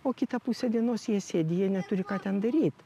o kitą pusę dienos jie sėdi jie neturi ką ten daryt